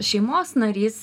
šeimos narys